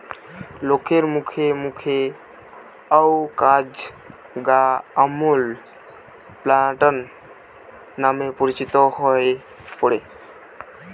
লোকের মুখে মুখে অউ কাজ গা আমূল প্যাটার্ন নামে পরিচিত হই পড়ে